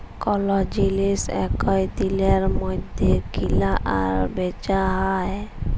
call জিলিস একই দিলের মইধ্যে কিলা আর বিচা হ্যয়